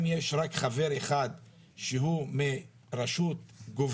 שצריך לעגן שבינתיים יש רק חבר אחד מהרשות הגובלת